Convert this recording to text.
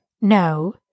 No